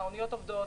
האוניות עובדות,